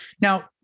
Now